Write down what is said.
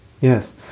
Yes